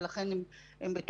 ולכן הם בטוחים.